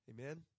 Amen